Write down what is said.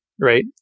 right